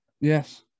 Yes